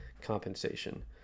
compensation